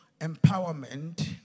empowerment